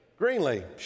Greenlee